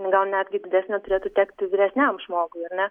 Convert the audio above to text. gal netgi didesnė turėtų tekti vyresniam žmogui ar ne